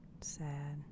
Sad